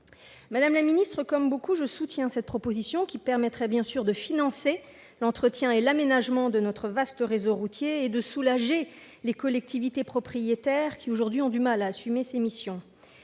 Comme beaucoup, je soutiens cette proposition, qui permettrait, d'une part, de financer l'entretien et l'aménagement de notre vaste réseau routier et, d'autre part, de soulager les collectivités propriétaires, qui aujourd'hui ont du mal à assumer ces missions.